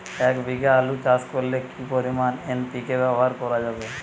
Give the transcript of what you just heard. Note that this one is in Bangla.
এক বিঘে আলু চাষ করলে কি পরিমাণ এন.পি.কে ব্যবহার করা যাবে?